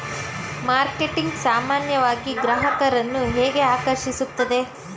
Marketing ಸಾಮಾನ್ಯವಾಗಿ ಗ್ರಾಹಕರನ್ನು ಹೇಗೆ ಆಕರ್ಷಿಸುತ್ತದೆ?